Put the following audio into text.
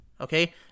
Okay